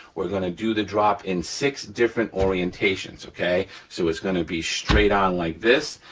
we're gonna do the drop in six different orientations, okay? so it's gonna be straight on like this,